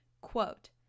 Quote